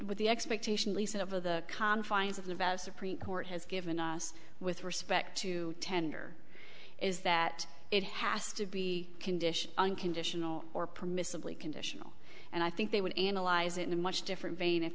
what the expectation lisa over the confines of the supreme court has given us with respect to tender is that it has to be condition unconditional or permissibly conditional and i think they would analyze it in a much different vein if